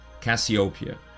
Cassiopeia